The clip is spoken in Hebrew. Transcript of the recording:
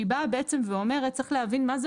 שהוא באה בעצם ואומרת צריך להבין מה זה